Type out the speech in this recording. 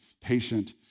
patient